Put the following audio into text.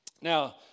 Now